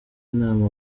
inama